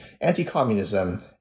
anti-communism